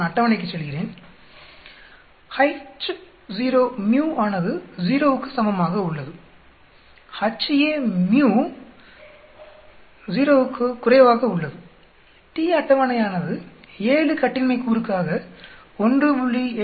நான் அட்டவணைக்குச் செல்கிறேன் H0 µ ஆனது 0க்கு சமமாக உள்ளது Ha µ 0 t அட்டவணையானது 7 கட்டின்மை கூறுக்காக 1